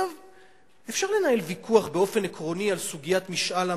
אפשר לנהל ויכוח עקרוני על סוגיית משאל עם,